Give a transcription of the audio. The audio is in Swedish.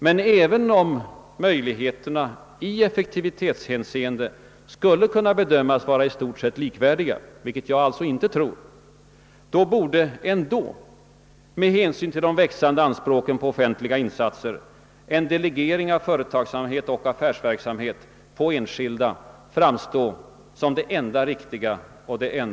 Men även om möjligheterna i effektivitetshänseende skulle kunna bedömas vara i stort sett likvärdiga, vilket jag alltså inte tror, borde ändå med hänsyn till de växande anspråken på offentliga insatser en delegering av företagsamhet och affärsverksamhet på enskilda framstå som det enda riktiga och logiska.